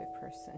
person